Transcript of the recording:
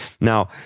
Now